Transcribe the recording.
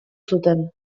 zuten